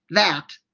that!